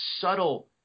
subtle